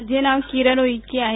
माझं नाव किरण उके आहे